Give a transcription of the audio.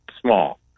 small